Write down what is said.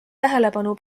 tähelepanu